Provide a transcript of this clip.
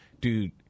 dude